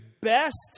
best